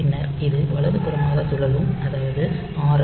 பின்னர் இது வலதுபுறமாக சுழலும் அதாவது ஆர்